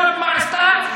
הבנת?